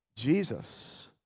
Jesus